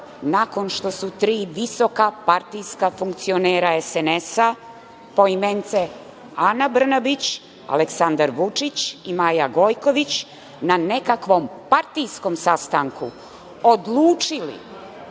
nakon što su tri visoka partijska funkcionera SNS, poimence Ana Brnabić, Aleksandar Vučić i Maja Gojković na nekakvom partijskom sastanku odlučili